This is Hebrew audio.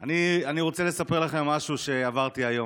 אני רוצה לספר לכם משהו שעברתי היום.